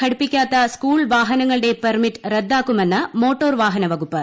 ഘടിപ്പിക്കാത്ത school വാഹനങ്ങളുടെ permit റദ്ദാക്കുമെന്ന് motor വാഹന വകുപ്പ്